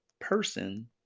person